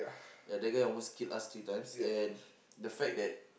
ya the guy almost killed us three times and the fact that